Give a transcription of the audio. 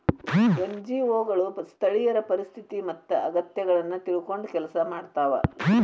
NGO ಗಳು ಸ್ಥಳೇಯರ ಪರಿಸ್ಥಿತಿ ಮತ್ತ ಅಗತ್ಯಗಳನ್ನ ತಿಳ್ಕೊಂಡ್ ಕೆಲ್ಸ ಮಾಡ್ತವಾ